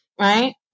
right